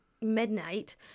midnight